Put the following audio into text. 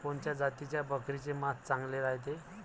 कोनच्या जातीच्या बकरीचे मांस चांगले रायते?